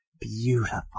beautiful